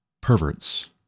perverts